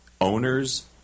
owners